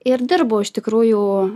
ir dirbau iš tikrųjų